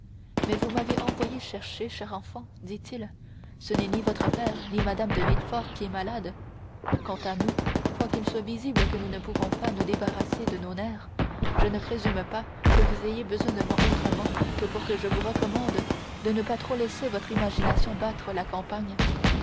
mais vous m'avez envoyé chercher chère enfant dit-il ce n'est ni votre père ni mme de villefort qui est malade quant à nous quoiqu'il soit visible que nous ne pouvons pas nous débarrasser de nos nerfs je ne présume pas que vous ayez besoin de moi autrement que pour que je vous recommande de ne pas trop laisser notre imagination battre la campagne